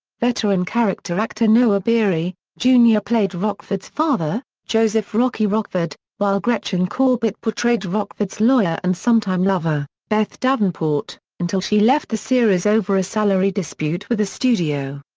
veteran character actor noah beery, jr. played rockford's father, joseph rocky rockford, while gretchen corbett portrayed rockford's lawyer and sometime lover, beth davenport, until she left the series over a salary dispute with the studio.